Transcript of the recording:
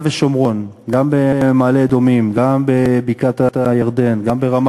והססמה שלכם תישמר במאגר אחד יחד עם הססמאות של כל אזרחי